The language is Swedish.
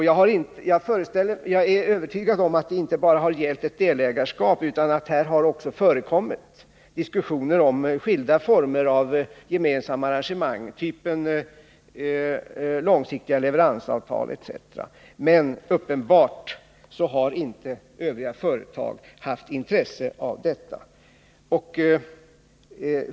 Jag är övertygad om att erbjudandet inte bara har gällt ett delägarskap utan att det också har förekommit diskussioner om skilda former av gemensamma arrangemang, typ långsiktiga leveransavtal. Men uppenbarligen har övriga företag inte haft intresse av detta.